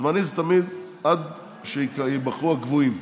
זה תמיד עד שייבחרו הקבועים,